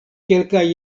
kelkaj